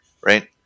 Right